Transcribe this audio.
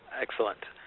excellent.